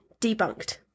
debunked